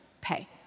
pay